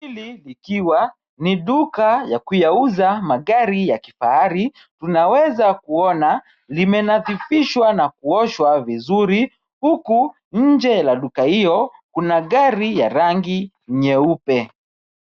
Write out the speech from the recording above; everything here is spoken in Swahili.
Hili likiwa ni duka ya kuyauza magari ya kifahari, tunaweza kuona limenathifishwa na kuoshwa vizuri huku nje ya duka hiyo kuna gari ya rangi nyeupe.